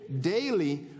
daily